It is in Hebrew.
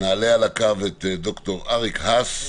נעלה על הקו את ד"ר אריק האס